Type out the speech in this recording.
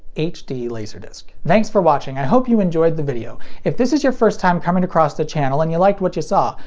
laserdisc. thanks for watching, i hope you enjoyed the video! if this is your first time coming across the channel and you liked what you saw,